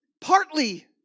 Partly